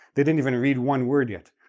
they didn't even read one word yet.